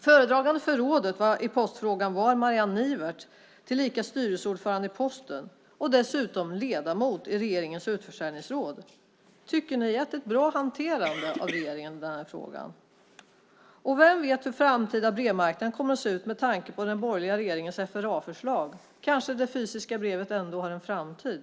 Föredragande för rådet i postfrågan var Marianne Nivert, tillika styrelseordförande i Posten och dessutom ledamot av regeringens utförsäljningsråd. Tycker ni att detta är ett bra hanterande av den här frågan? Vem vet hur den framtida brevmarknaden kommer att se ut med tanke på den borgerliga regeringens FRA-förslag. Kanske det fysiska brevet ändå har en framtid.